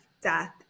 Death